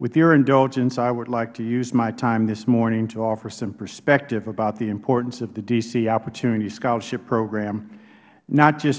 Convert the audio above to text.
with your indulgence i would like to use my time this morning to offer some perspective about the importance of the d c opportunity scholarship program not just